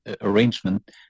arrangement